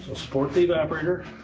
ah support the evaporator.